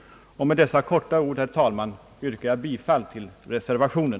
Med detta kortfattade anförande, herr talman, yrkar jag bifall till reservationen.